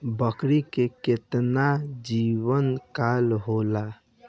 बकरी के केतना जीवन काल होला?